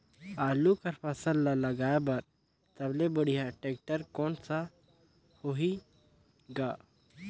आलू कर फसल ल लगाय बर सबले बढ़िया टेक्टर कोन सा होही ग?